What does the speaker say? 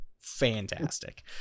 fantastic